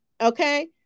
Okay